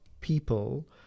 people